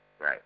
Right